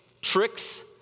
tricks